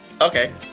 Okay